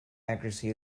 accuracy